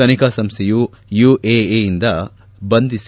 ತನಿಖಾ ಸಂಸ್ಥೆಯು ಯುಎಇಯಿಂದ ಬಂಧಿಸಿ